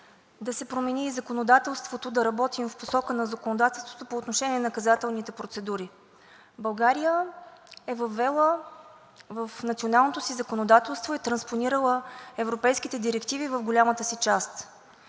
да се промени законодателството, да работим в посока по отношение на наказателните процедури. България е въвела в националното си законодателство и транспонирала европейските директиви в голямата си част